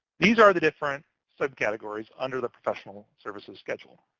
these are the different subcategories under the professional services schedule.